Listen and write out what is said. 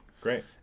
Great